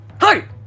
hi